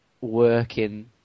working